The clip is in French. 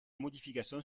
modification